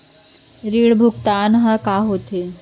ऋण भुगतान ह का होथे?